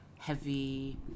heavy